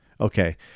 Okay